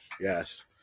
Yes